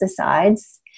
pesticides